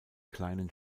kleinen